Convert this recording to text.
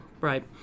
Right